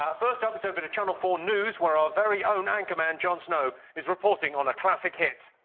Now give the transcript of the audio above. ah first up, it's over to channel four news, where our very own anchorman, jon snow is reporting on a classic hit.